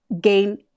gain